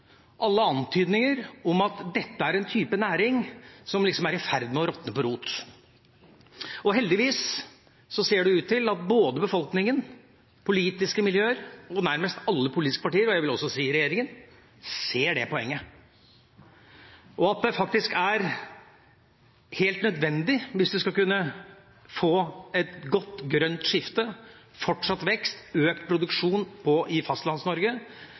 alle antydninger om at dette er en type næring som er i ferd med å råtne på rot. Heldigvis ser det ut til at både befolkningen, politiske miljøer og nærmest alle politiske partier – og jeg vil også si regjeringen – ser det poenget. Det er faktisk helt nødvendig hvis man skal kunne få et godt grønt skifte, fortsatt vekst, økt produksjon i